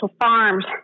Farms